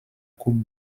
coupe